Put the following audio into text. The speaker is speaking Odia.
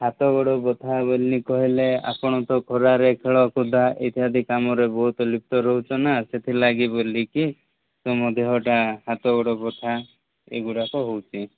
ହାତ ଗୋଡ଼ ବଥା ବୋଲି କହିଲେ ଆପଣ ତ ଖରାରେ ଖେଳକୁଦା ଇତ୍ୟାଦି କାମରେ ବହୁତ ଲିପ୍ତ ରହୁଛ ନା ସେଥିଲାଗି ବୋଲିକି ତୁମ ଦେହଟା ହାତ ଗୋଡ଼ ବଥା ଏଗୁଡ଼ାକ ହେଉଛି